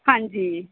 ਹਾਂਜੀ